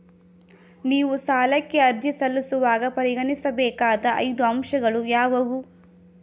ನೀವು ಸಾಲಕ್ಕೆ ಅರ್ಜಿ ಸಲ್ಲಿಸುವಾಗ ಪರಿಗಣಿಸಬೇಕಾದ ಐದು ಅಂಶಗಳು ಯಾವುವು?